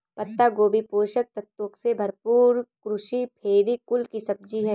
पत्ता गोभी पोषक तत्वों से भरपूर क्रूसीफेरी कुल की सब्जी है